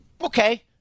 Okay